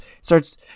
starts